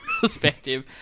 perspective